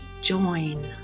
join